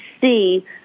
see